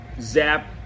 zap